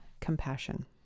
compassion